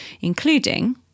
including